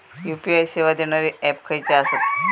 UPI सेवा देणारे app खयचे आसत?